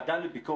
חבר הכנסת בוסו,